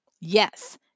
Yes